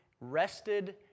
rested